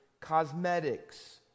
cosmetics